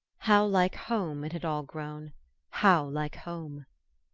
how like home it had all grown how like home!